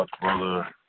Brother